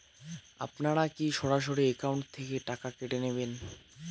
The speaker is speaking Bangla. আপনারা কী সরাসরি একাউন্ট থেকে টাকা কেটে নেবেন?